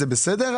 זה בסדר,